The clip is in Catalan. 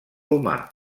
humà